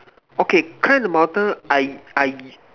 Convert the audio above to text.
okay climb the mountain I I